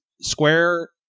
Square